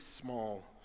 small